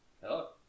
Hello